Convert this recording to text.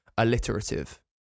alliterative